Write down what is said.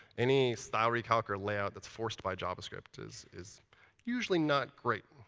any style recalc or layout that's forced by javascript is is usually not great.